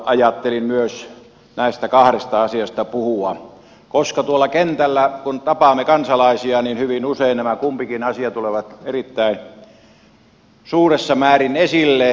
ajattelin myös näistä kahdesta asiasta puhua koska kun tuolla kentällä tapaamme kansalaisia hyvin usein nämä kumpikin asia tulevat erittäin suuressa määrin esille